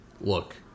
look